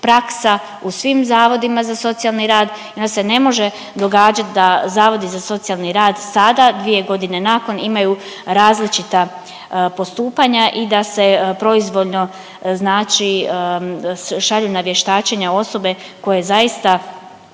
praksa u svim zavodima za socijalni rad. Onda se ne može događat da zavodi za socijalni rad, sada dvije godine nakon imaju različita postupanja i da se proizvoljno znači šalje na vještačenja osobe koje zaista